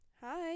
hi